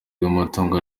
bw’amatungo